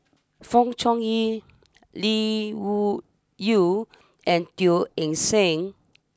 Fong Chong Yi Lee Wung Yew and Teo Eng Seng